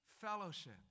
fellowship